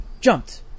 jumped